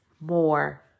more